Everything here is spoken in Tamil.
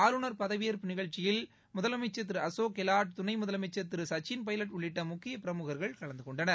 ஆளுநர் பதவியேற்பு நிகழ்ச்சியில் முதலமைச்சர் திரு அசோக் கெலாட் துணைமுதலமைச்சர் திரு சச்சின் பைலட் உள்ளிட்ட முக்கிய பிரமுகர்கள் கலந்து கொண்டனர்